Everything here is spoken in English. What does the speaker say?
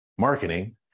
Marketing